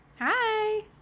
Hi